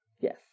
Yes